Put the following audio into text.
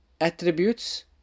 attributes